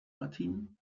martín